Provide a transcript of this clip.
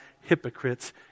hypocrites